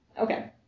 Okay